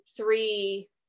three